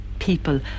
people